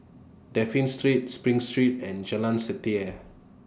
Dafne Street SPRING Street and Jalan Setia